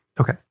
Okay